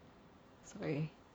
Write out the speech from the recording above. sorry